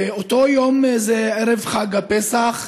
באותו יום זה ערב חג הפסח,